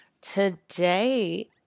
Today